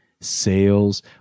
sales